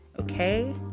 okay